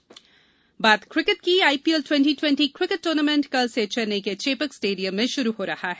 IPL IPL twenty twenty cricket tournament कल से चेन्नई के चेपक स्टेडियम में शुरू हो रहा है